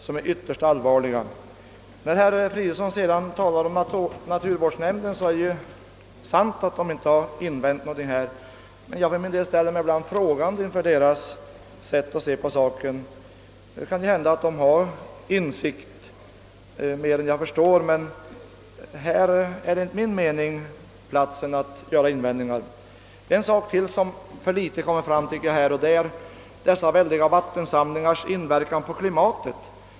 När herr Fridolfsson i Stockholm sedan talar om naturvårdsnämnden, så är det sant att den inte har rest några invändningar i denna fråga. Jag för min del ställer mig frågande till deras sätt att se på saken. Det kan hända att de har mer insikt än jag, men här vore det enligt min mening på sin plats att göra invändningar. En annan sak som inte har beaktats tillräckligt är dessa väldiga vattensamlingars inverkan på klimatet.